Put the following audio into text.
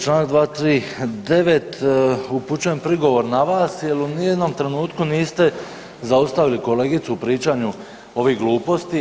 Članak 239., upućujem prigovor na vas jer ni u jednom trenutku niste zaustavili kolegicu u pričanju ovih gluposti.